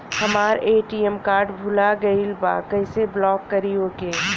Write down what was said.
हमार ATM card भूला गईल बा कईसे ब्लॉक करी ओके?